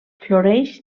floreix